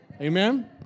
Amen